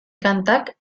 kantak